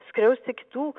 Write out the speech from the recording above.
skriausti kitų